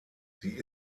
sie